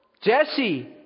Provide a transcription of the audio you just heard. Jesse